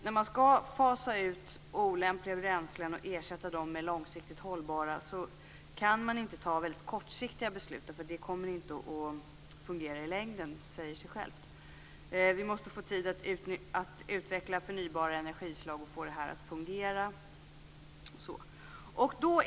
När man skall fasa ut olämpliga bränslen och ersätta dem med långsiktigt hållbara kan man inte fatta kortsiktiga beslut, för det kommer inte att fungera i längden. Det säger sig självt. Vi måste få tid att utveckla förnybara energislag och få det hela att fungera.